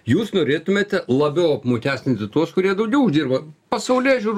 jūs norėtumėte labiau apmokestinti tuos kurie daugiau uždirba pasaulėžiūrų